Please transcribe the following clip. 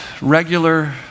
regular